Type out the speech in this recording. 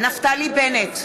נפתלי בנט,